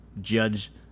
judge